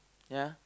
ya